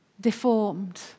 Deformed